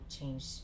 change